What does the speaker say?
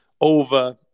over